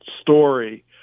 story